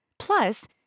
Plus